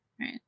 right